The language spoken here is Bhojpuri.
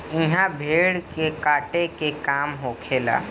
इहा भेड़ के काटे के काम होखेला